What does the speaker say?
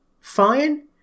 fine